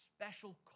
special